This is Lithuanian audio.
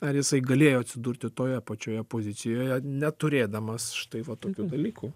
ar jisai galėjo atsidurti toje pačioje pozicijoje neturėdamas štai va tokių dalykų